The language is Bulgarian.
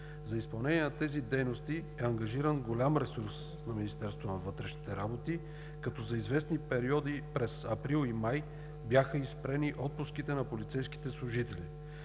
За изпълнение на тези дейности е ангажиран голям ресурс на Министерството на вътрешните работи, като за известни периоди през месеците април и май бяха спрени отпуските на полицейските служители.